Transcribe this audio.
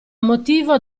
motivo